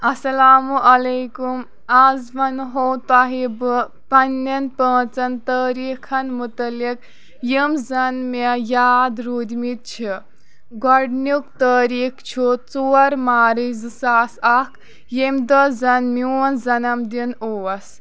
اسلامُ علیکُم آز ونہٕ ہو تۄہہِ بہٕ پننیٚن پانٛژن تٲریخن مُتعلق یم زَن مےٚ یاد روٗدۍمٕتۍ چھِ گۄڈنیُک تٲریخ چھُ ژور مارچ زٕ ساس اکھ ییٚمہِ دۄہ زن میون جنم دن اوس